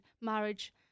marriage